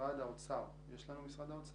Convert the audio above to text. משרד האוצר, בבקשה.